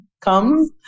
come